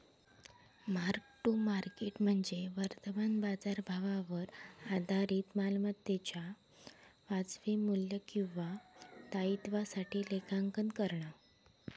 mark to market म्हणजे वर्तमान बाजारभावावर आधारित मालमत्तेच्यो वाजवी मू्ल्य किंवा दायित्वासाठी लेखांकन करणा